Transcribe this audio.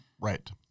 Right